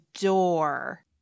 door